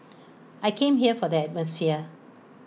I came here for the atmosphere